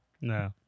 No